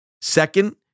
Second